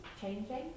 changing